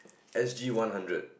S_G one hundred